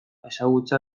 ezagutza